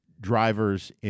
drivers